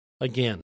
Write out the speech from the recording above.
Again